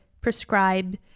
prescribe